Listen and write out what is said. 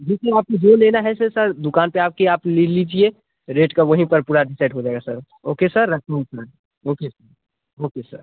देखिए आपको जो लेना है से सर दुकान पर आ कर आप ले लीजिए रेट का वहीं पर पूरा सेट हो जाएगा सर ओके सर रखता हूँ sir okay sir okay sir